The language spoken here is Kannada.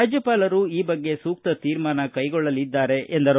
ರಾಜ್ಯಪಾಲರು ಈ ಬಗ್ಗೆ ಸೂಕ್ತ ತೀರ್ಮಾನ ಕೈಗೊಳ್ಳದ್ದಾರೆ ಎಂದರು